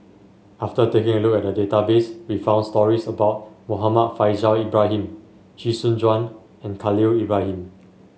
after taking a look at the database we found stories about Muhammad Faishal Ibrahim Chee Soon Juan and Khalil Ibrahim